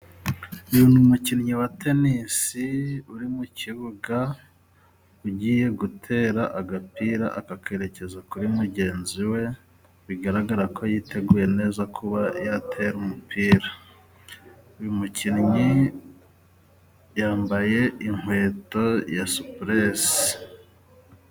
Uyu ni umukinnyi wa tenisi uri mu kibuga ugiye gutera agapira akakerekeza kuri mugenzi we. Bigaragara ko yiteguye neza kuba yatera umupira. Uyu mukinnyi yambaye inkweto ya supuresi.